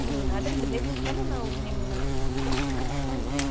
ಹ್ಞೂ ಅದರ್ದು ಬೇಸಿಸ್ ಮೇಲೆ ನಾವು ನಿಮ್ಮನ್ನ ಹ್ಞೂ